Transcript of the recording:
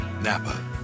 Napa